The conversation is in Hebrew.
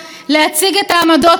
אף פעם לא לגופו של אדם,